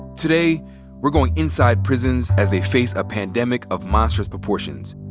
today we're going inside prisons as they face a pandemic of monstrous proportions.